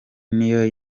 niyo